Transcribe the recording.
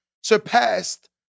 surpassed